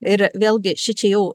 ir vėlgi šičia jau